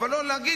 אבל לא להגיד,